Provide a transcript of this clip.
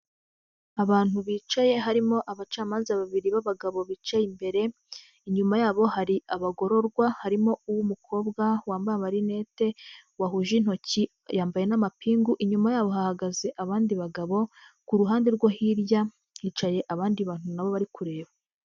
Abantu bicaye harimo abacamanza babiri b'abagabo bicaye, imbere inyuma yabo hari abagororwa harimo uw'umukobwa wambaye amarinete wahuje intoki, yambaye n'amapingu, inyuma yabo hahagaze abandi bagabo, ku ruhande rwo hirya hicaye abandi bantu nabo bari kureba.